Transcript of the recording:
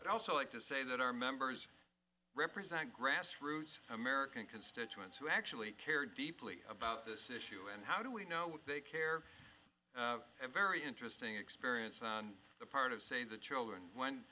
i also like to say that our members represent grassroots american constituents who actually care deeply about this issue and how do we know they care and very interesting experience on the part of save the children when